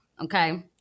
okay